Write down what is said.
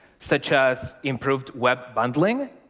such as improved web bundling,